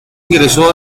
ingresó